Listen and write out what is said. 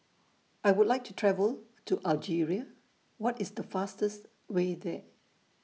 I Would like to travel to Algeria What IS The fastest Way There